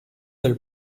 del